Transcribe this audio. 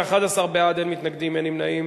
ובכן, 11 בעד, אין מתנגדים ואין נמנעים.